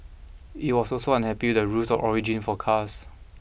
it was also unhappy the rules of origin for cars